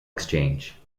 exchange